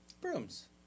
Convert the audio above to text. Brooms